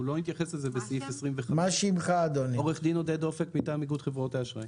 יש לאיגוד חברות האשראי